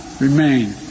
remain